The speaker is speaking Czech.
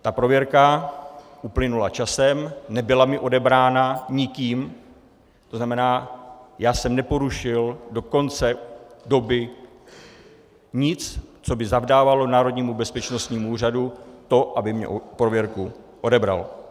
Ta prověrka uplynula časem, nebyla mi odebrána nikým, tzn. já jsem neporušil do konce doby nic, co by zavdávalo Národnímu bezpečnostnímu úřadu to, aby mi prověrku odebral.